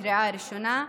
לקריאה ראשונה.